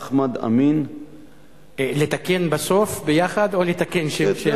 אחמד אמין, לתקן בסוף, ביחד, או לתקן שם-שם?